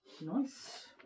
Nice